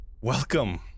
welcome